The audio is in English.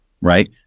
right